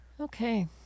Okay